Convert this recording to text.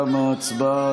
תמה ההצבעה.